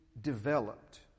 developed